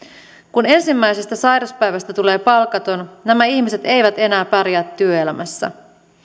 kun ensimmäisestä sairaspäivästä tulee palkaton nämä ihmiset eivät enää pärjää työelämässä